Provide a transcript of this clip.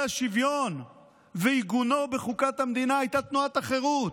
השוויון ועיגונו בחוקת המדינה היה תנועת החרות.